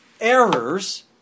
errors